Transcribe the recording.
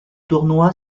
tournoi